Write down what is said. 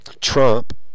Trump